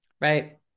Right